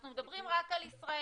אנחנו מדברים רק על ישראלים,